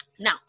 Now